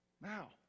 Now